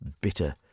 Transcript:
Bitter